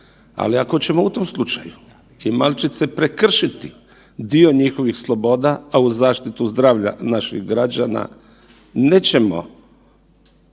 ali ako ćemo u tom slučaju i malčice prekršiti dio njihovih sloboda, a u zaštitu zdravlja naših građana, nećemo,